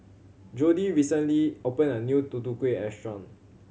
Jodie recently opened a new Tutu Kueh restaurant